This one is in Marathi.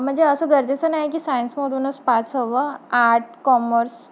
म्हणजे असं गरजेचं नाही की सायन्समधूनच पास हवं आर्ट कॉमर्स